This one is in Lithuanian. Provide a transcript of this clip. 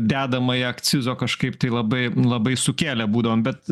dedamąją akcizo kažkaip tai labai labai sukėlę būdavom bet